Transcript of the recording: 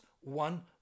one